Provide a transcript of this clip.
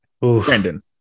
Brandon